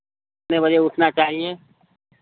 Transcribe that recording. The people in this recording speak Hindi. कितने बजे उठना चाहिए